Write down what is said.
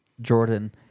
Jordan